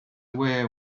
away